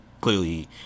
Clearly